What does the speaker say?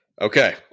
Okay